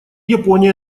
япония